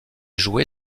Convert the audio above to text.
joué